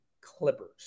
Clippers